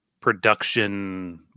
production